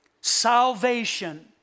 salvation